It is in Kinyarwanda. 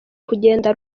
kugenda